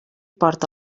porta